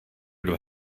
dva